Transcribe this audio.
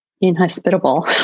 inhospitable